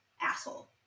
asshole